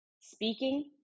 Speaking